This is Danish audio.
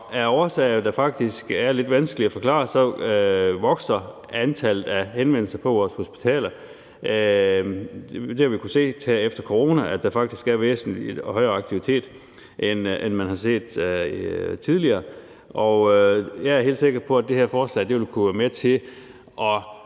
og af årsager, der faktisk er lidt vanskelige at forklare, vokser antallet af henvendelser på vores hospitaler. Vi har kunnet se her efter corona, at der faktisk er et væsentligt højere aktivitetsniveau, end man har set tidligere. Og jeg er helt sikker på, at det her forslag vil kunne være med til at